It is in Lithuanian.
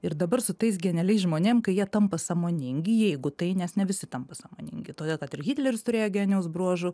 ir dabar su tais genialiais žmonėm kai jie tampa sąmoningi jeigu tai nes ne visi tampa sąmoningi tada tad ir hitleris turėjo genijaus bruožų